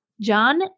John